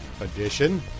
edition